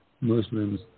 Muslims